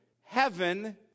heaven